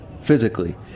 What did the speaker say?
physically